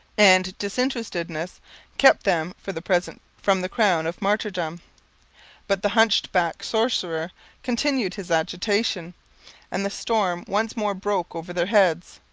and disinterestedness kept them for the present from the crown of martyrdom but the hunch-backed sorcerer continued his agitation and the storm once more broke over their heads.